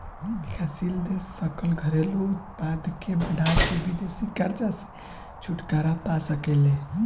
विकासशील देश सकल घरेलू उत्पाद के बढ़ा के विदेशी कर्जा से छुटकारा पा सके ले